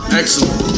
excellent